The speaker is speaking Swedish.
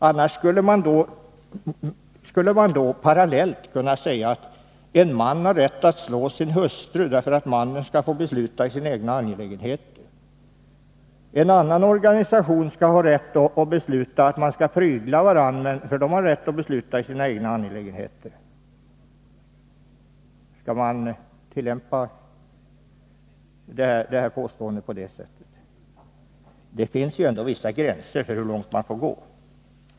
Annars skulle vi parallellt kunna säga atten 9 december 1982 man har rätt att slå sin hustru, eftersom mannen skall få besluta i sina egna angelägenheter. En annan organisation skall ha rätt att besluta att medlemmarna skall få prygla varandra, för de har rätt att besluta i sina egna angelägenheter. Skall man tillämpa det här påståendet på det sättet? Det finns ju dock vissa gränser för hur långt man får gå.